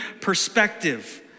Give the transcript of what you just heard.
perspective